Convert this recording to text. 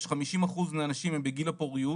יש 50% מהנשים שהן בגיל הפוריות